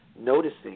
noticing